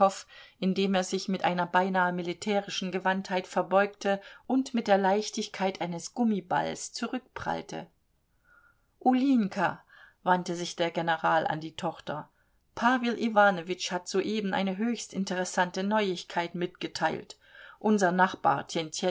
indem er sich mit einer beinahe militärischen gewandtheit verbeugte und mit der leichtigkeit eines gummiballs zurückprallte ulinjka wandte sich der general an die tochter pawel iwanowitsch hat soeben eine höchst interessante neuigkeit mitgeteilt unser nachbar